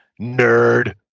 nerd